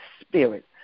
spirit